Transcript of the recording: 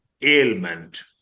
ailment